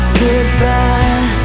goodbye